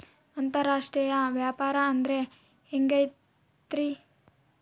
ಅಂತರಾಷ್ಟ್ರೇಯ ವ್ಯಾಪಾರ ಅಂದ್ರೆ ಹೆಂಗಿರ್ತೈತಿ?